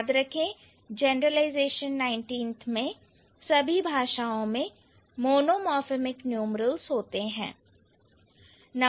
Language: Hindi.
याद रखें जनरलाइजेशन 19th में सभी भाषाओं में मोनोमोर्फेमिक न्यूमरल्स होते हैं